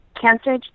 cancer